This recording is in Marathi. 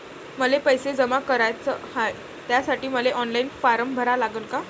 मले पैसे जमा कराच हाय, त्यासाठी मले ऑनलाईन फारम भरा लागन का?